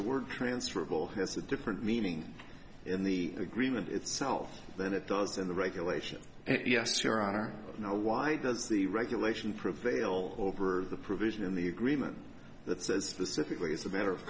the word transferable has a different meaning in the agreement itself than it does in the regulation and yes there are now why does the regulation prevail over the provision in the agreement that says the simply is a matter of